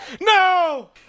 no